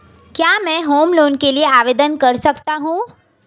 क्या मैं home loan के लिए आवेदन कर सकता हूं?